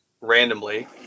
randomly